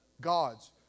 God's